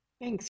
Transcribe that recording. Thanks